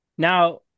Now